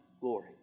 glory